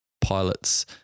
pilot's